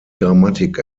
grammatik